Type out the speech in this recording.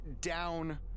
down